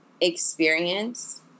experience